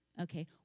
Okay